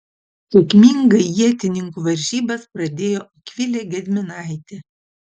sėkmingai ietininkių varžybas pradėjo akvilė gedminaitė